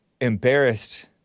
embarrassed